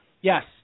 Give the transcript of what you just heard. Yes